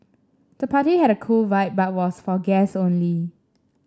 the party had a cool vibe but was for guests only